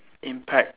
impact